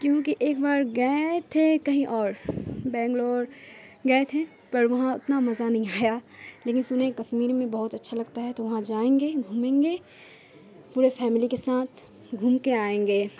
کیونکہ ایک بار گئے تھے کہیں اور بینگلور گئے تھے پر وہاں اتنا مزہ نہیں آیا لیکن سنے ہیں کشمیر میں بہت اچھا لگتا ہے تو وہاں جائیں گے گھومیں گے پورے فیملی کے ساتھ گھوم کے آئیں گے